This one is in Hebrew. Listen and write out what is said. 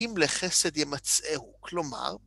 אם לחסד ימצאהו, כלומר...